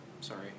Sorry